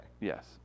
Yes